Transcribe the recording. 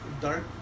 dark